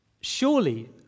surely